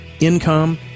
income